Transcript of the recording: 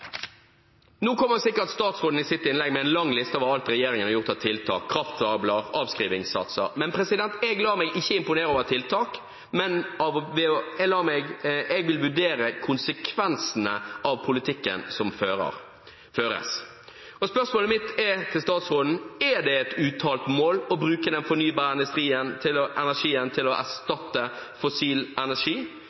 Nå kommer sikkert statsråden i sitt innlegg med en lang liste over alt regjeringen har gjort av tiltak – kraftkabler, avskrivingssatser – men jeg lar meg ikke imponere over tiltak. Jeg vil vurdere konsekvensene av politikken som føres. Og spørsmålet mitt til statsråden er: Er det et uttalt mål å bruke den fornybare energien til å erstatte fossil energi?